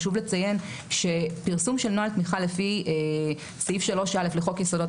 חשוב לציין שפרסום של נוהל תמיכה לפי סעיף 3(א) לחוק יסודות